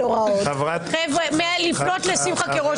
חבר'ה, לפנות לשמחה כראש